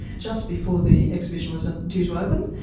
just before the exhibition was ah due to open,